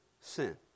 sin